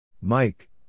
Mike